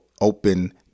open